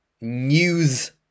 news